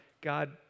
God